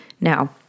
Now